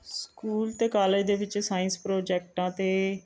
school ਅਤੇ college ਦੇ ਵਿੱਚ ਸਾਇੰਸ ਪ੍ਰੋਜੈਕਟਾਂ 'ਤੇ